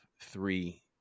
three